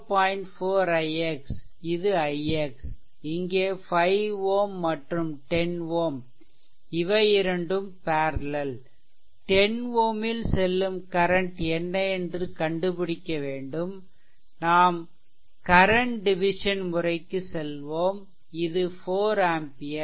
4 ix இது ix இங்கே 5 Ω மற்றும் 10 Ω இவை இரண்டும் பேர்லெல் 10 Ω ல் செல்லும் கரன்ட் என்ன என்று கண்டுபிடிக்க வேண்டும்நாம் கரன்ட் டிவிசன் முறைக்கு செல்வோம் இது 4 ஆம்பியர்